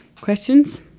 questions